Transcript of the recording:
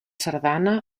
sardana